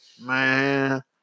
man